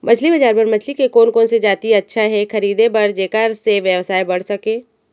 मछली बजार बर मछली के कोन कोन से जाति अच्छा हे खरीदे बर जेकर से व्यवसाय बढ़ सके?